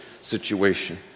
situation